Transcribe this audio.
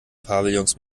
pavillons